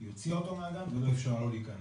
היא הוציאה אותו מהגן ולא אפשרה לו להיכנס.